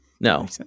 No